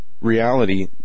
reality